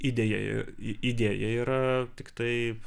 idėja idėja yra tiktai